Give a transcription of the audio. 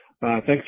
Thanks